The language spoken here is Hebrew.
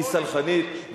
על העיקרון.